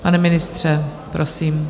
Pane ministře, prosím.